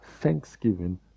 thanksgiving